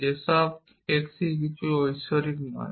যে সব x কিছুই ঐশ্বরিক x নয়